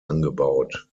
angebaut